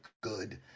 good